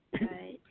Right